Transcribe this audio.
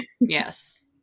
Yes